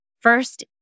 first